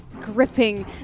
gripping